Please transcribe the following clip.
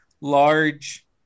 large